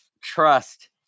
trust